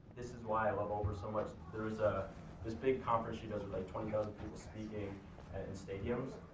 this is why i love oprah so much. there was ah this big conference she does with like twenty thousand people speaking and in stadiums,